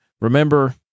Remember